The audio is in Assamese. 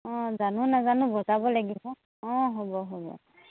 অঁ জানো নাজানো বজাব লাগিব অঁ হ'ব হ'ব